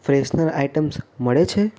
freshener items મળે છે